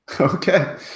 Okay